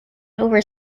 over